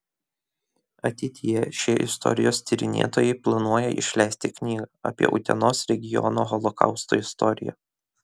ateityje šie istorijos tyrinėtojai planuoja išleisti knygą apie utenos regiono holokausto istoriją